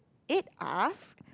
it asks